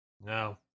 no